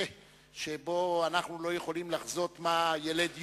שבו אנחנו לא יכולים לחזות מה ילד יום,